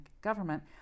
government